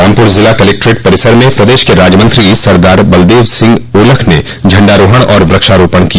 रामपुर जिला कलेक्ट्रेट परिसर में प्रदेश के राज्यमंत्री सरदार बलदेव सिंह ओलख ने झण्डारोहण ंतथा वृक्षारोपण किया